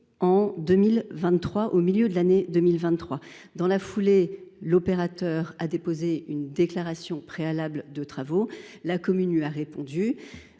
au milieu de l’année 2023. Par la suite, l’opérateur a déposé une déclaration préalable de travaux. La commune a répondu